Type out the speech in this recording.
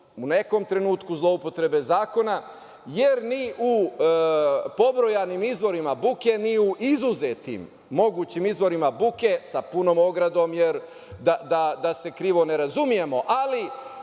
u nekom trenutku zloupotrebe zakona jer ni u pobrojanim izvorima buke, ni u izuzetim mogućim izvorima buke sa punom ogradom, jer da se krivo ne razumemo, ali